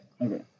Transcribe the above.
Okay